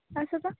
असं का